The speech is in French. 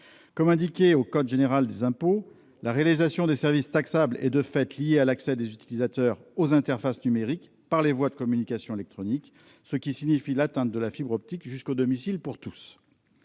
Comme indiqué dans le code général des impôts, la réalisation des services taxables est liée à l'accès des utilisateurs aux interfaces numériques, par voie de communications électroniques ; cela implique l'installation de la fibre optique jusqu'au domicile pour tous.